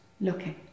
looking